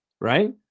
right